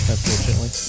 Unfortunately